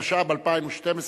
התשע"ב 2012,